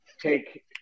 take